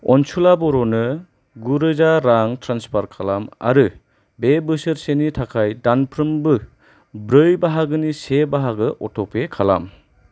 अनसुला बर'नो गु रोजा रां ट्रेन्सफार खालाम आरो बे बोसोरसेनि थाखाय दानफ्रोमबो ब्रै बाहागोनि से बाहागो अटपे खालाम